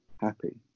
happy